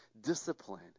discipline